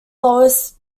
lowest